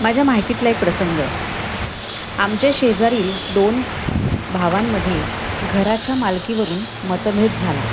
माझ्या माहितीतला एक प्रसंग आहे आमच्या शेजारील दोन भावांमध्ये घराच्या मालकीवरून मतभेद झाला